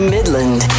Midland